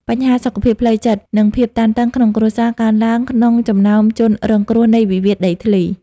បញ្ហាសុខភាពផ្លូវចិត្ត និងភាពតានតឹងក្នុងគ្រួសារកើនឡើង ក្នុងចំណោមជនរងគ្រោះនៃវិវាទដីធ្លី។